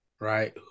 right